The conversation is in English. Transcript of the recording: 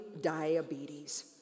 diabetes